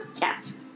Yes